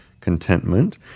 contentment